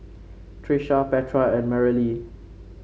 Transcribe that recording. Trisha Petra and Marylee